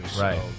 right